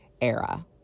era